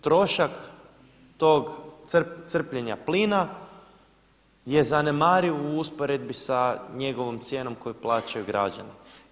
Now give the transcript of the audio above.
Trošak tog crpljenja plina je zanemariv u usporedbi sa njegovom cijenom koju plaćaju građani.